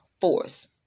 force